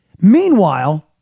Meanwhile